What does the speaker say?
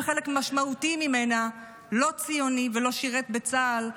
שחלק משמעותי ממנה לא ציוני ולא שירת בצה"ל,